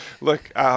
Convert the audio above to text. look –